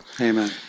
Amen